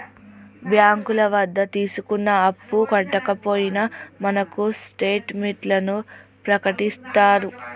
బ్యాంకుల వద్ద తీసుకున్న అప్పు కట్టకపోయినా మనకు స్టేట్ మెంట్లను ప్రకటిత్తారు